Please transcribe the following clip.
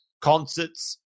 Concerts